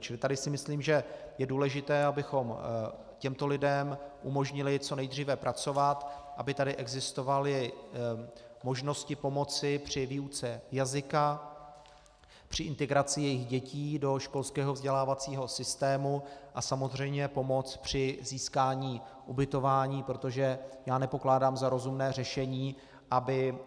Čili tady si myslím, že je důležité, abychom těmto lidem umožnili co nejdříve pracovat, aby tady existovaly možnosti pomoci při výuce jazyka, při integraci jejich dětí do školského vzdělávacího systému, a samozřejmě pomoc při získání ubytování, protože nepokládám za rozumné řešení, aby